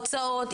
הוצאות,